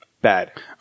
Bad